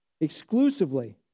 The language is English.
exclusively